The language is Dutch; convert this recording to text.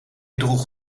droeg